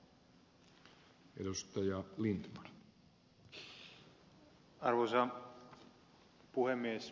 arvoisa puhemies